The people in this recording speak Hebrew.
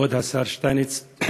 כבוד השר שטייניץ,